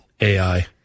AI